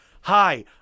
hi